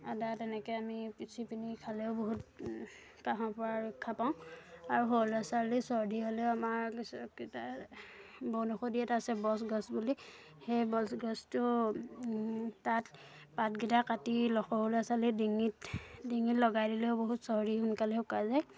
আদা তেনেকৈ আমি পিছি পিনি খালেও বহুত কাঁহৰ পৰা ৰক্ষা পাওঁ আৰু সৰু ল'ৰা ছোৱালী চৰ্দি হ'লেও আমাৰ কিছুকেইটা বনৌষধী ইয়াত আছে বছ গছ বুলি সেই বছ গছটো তাত পাতকেইটা কাটি সৰু ল'ৰা ছোৱালীৰ ডিঙিত ডিঙিত লগাই দিলেও বহুত চৰ্দি সোনকালে শুকাই যায়